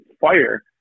fire